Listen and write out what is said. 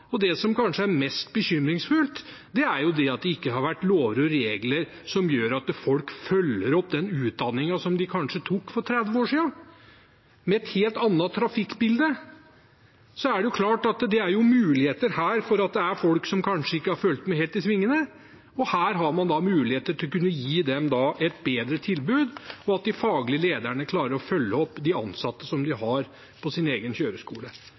Det som kanskje er mest bekymringsfullt, er at det ikke har vært lover og regler som gjør at folk følger opp den utdanningen de kanskje tok for 30 år siden, med et helt annet trafikkbilde. Det er klart mulighet for at det er folk som kanskje ikke har fulgt helt med i svingene, og her har man mulighet til å gi dem et bedre tilbud, og til at de faglige lederne klarer å følge opp de ansatte de har på sin kjøreskole.